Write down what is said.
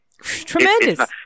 Tremendous